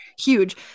huge